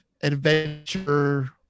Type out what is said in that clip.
adventure